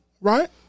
right